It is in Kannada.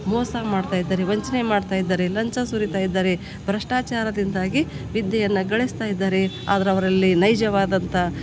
ಮೋಸ ಮಾಡ್ತಾ ಇದ್ದಾರೆ ವಂಚನೆ ಮಾಡ್ತಾ ಇದ್ದಾರೆ ಲಂಚ ಸುರಿತಾ ಇದ್ದಾರೆ ಭ್ರಷ್ಟಾಚಾರದಿಂದಾಗಿ ವಿದ್ಯೆಯನ್ನು ಗಳಿಸ್ತಾ ಇದ್ದಾರೆ ಆದ್ರೆ ಅವರಲ್ಲಿ ನೈಜವಾದಂಥ